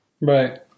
Right